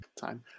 Time